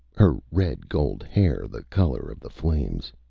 her red-gold hair the colour of the flames.